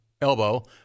elbow